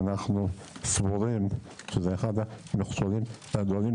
ואנחנו סבורים שזה אחד מהמכשולים הגדולים